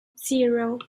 zero